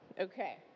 Okay